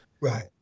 Right